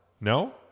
No